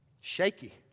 shaky